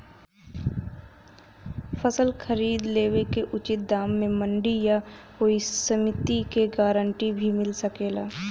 फसल खरीद लेवे क उचित दाम में मंडी या कोई समिति से गारंटी भी मिल सकेला?